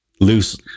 loose